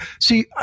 See